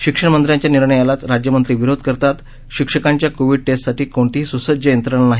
शिक्षण मंत्र्यांच्या निर्णयालाच राज्यमंत्री विरोध करतात शिक्षकांच्या कोवीड टेस्टसाठी कोणतीही स्सज्ज यंत्रणा नाही